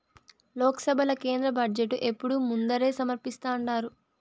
లోక్సభల కేంద్ర బడ్జెటు ఎప్పుడూ ముందరే సమర్పిస్థాండారు